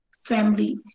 family